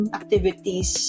activities